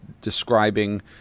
describing